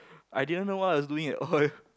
i didn't know what I was doing at all